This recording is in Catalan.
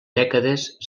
dècades